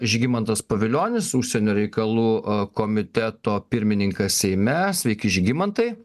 žygimantas pavilionis užsienio reikalų komiteto pirmininkas seime sveiki žygimantai